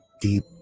deep